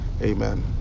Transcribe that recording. Amen